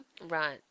Right